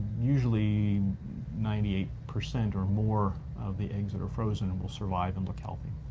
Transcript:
usually ninety eight percent or more of the eggs that are frozen and will survive and look healthy.